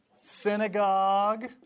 synagogue